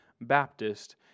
Baptist